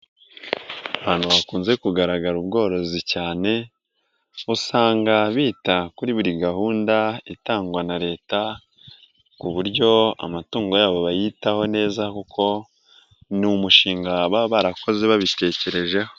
Ahantu hakunze kugaragara ubworozi cyane, usanga bita kuri buri gahunda itangwa na leta ku buryo amatungo yabo bayitaho neza kuko ni umushinga baba barakoze babitekerejeho.